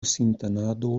sintenado